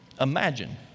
Imagine